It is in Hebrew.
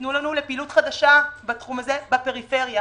ייתנו לנו לפעילות חדשה בתחום הזה בפריפריה.